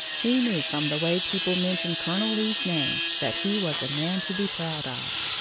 he knew from the way people mentioned colonel lee's name that he was a man to be proud of.